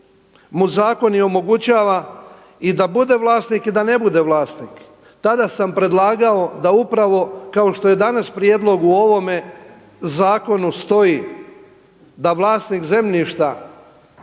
mu zakon omogućava i da bude vlasnik i da ne bude vlasnik. Tada sam predlagao da upravo kao što je danas prijedlog u ovome zakonu stoji da vlasnik zemljišta